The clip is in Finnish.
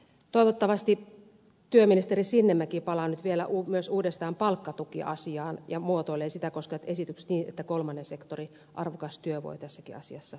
toivottavasti työministeri sinnemäki palaa nyt vielä uudestaan myös palkkatukiasiaan ja muotoilee sitä koskevat esitykset niin että kolmannen sektorin arvokas työ voi tässäkin asiassa jatkua